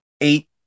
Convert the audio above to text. eight